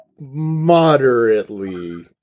moderately